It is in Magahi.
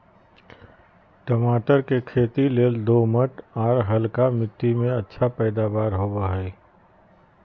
टमाटर के खेती लेल दोमट, आर हल्का मिट्टी में अच्छा पैदावार होवई हई